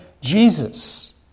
Jesus